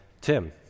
Tim